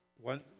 One